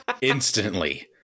Instantly